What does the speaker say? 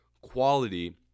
quality